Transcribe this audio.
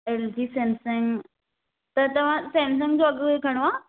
L G Samsung त तव्हां Samsung जो अघु घणो आहे